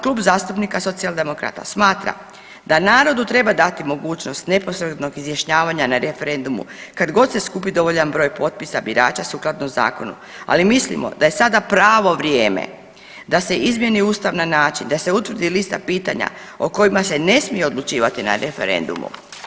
Klub zastupnika Socijaldemokrata smatra da narodu treba dati mogućnost neposrednog izjašnjavanja na referendumu kad god se skupi dovoljan broj potpisa birača sukladno zakonu, ali mislimo da je sada pravo vrijeme da se izmijeni ustav na način da se utvrdi lista pitanja o kojima se ne smije odlučivati na referendumu.